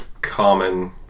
common